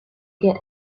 get